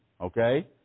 okay